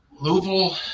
Louisville